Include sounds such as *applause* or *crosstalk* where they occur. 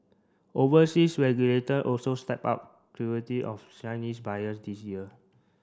overseas regulator also stepped up *unintelligible* of Chinese buyers this year